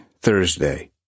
Thursday